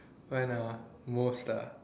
most ah